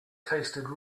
tasted